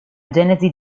genesi